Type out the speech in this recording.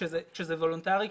כשזה וולונטרי,